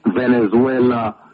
Venezuela